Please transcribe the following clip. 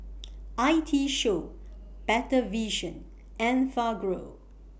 I T Show Better Vision Enfagrow